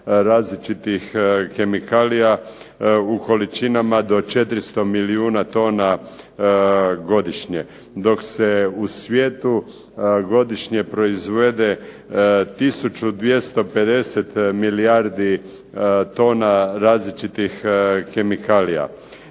različitih kemikalija u količinama do 400 milijuna tona godišnje, dok se u svijetu godišnje proizvede 1250 milijardi tona različitih kemikalija.